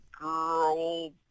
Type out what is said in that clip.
Girl